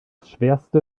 schwerste